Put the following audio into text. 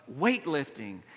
weightlifting